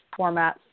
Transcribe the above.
formats